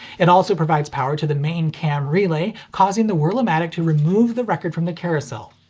it also provides power to the main cam relay, causing the wurlamatic to remove the record from the carousel.